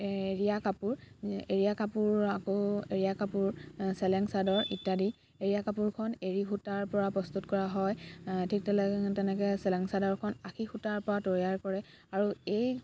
এৰীয়া কাপোৰ এৰীয়া কাপোৰ আকৌ এৰীয়া কাপোৰ চেলেং চাদৰ ইত্যাদি এৰীয়া কাপোৰখন এৰি সূতাৰ পৰা প্ৰস্তুত কৰা হয় ঠিক তেলে তেনেকৈ চেলেং চাদৰখন আশী সূতাৰ পৰা তৈয়াৰ কৰে আৰু এই